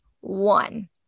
one